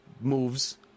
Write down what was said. moves